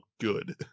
good